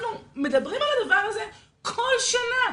אנחנו מדברים על הדבר הזה כל שנה.